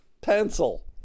pencil